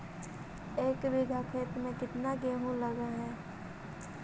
एक बिघा खेत में केतना गेहूं लग है?